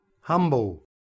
Humble